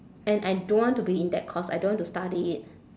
and I don't want to be in that course I don't want to study it